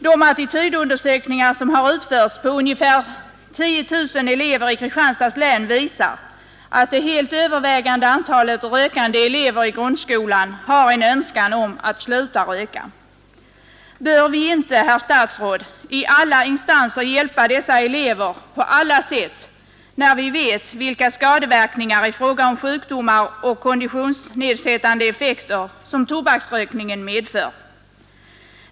De attitydundersökningar som har utförts på ungefär 10 000 elever i Kristianstads län visar att det helt övervägande antalet rökande elever i grundskolan önskar sluta röka. Bör vi inte, herr statsråd, i alla instanser hjälpa dessa elever på alla sätt, när vi vet vilka skadeverkningar i fråga om sjukdomar och konditionsnedsättande effekter som tobaksrökningen medför?